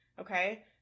okay